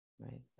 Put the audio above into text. right